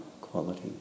quality